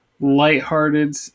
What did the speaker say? lighthearted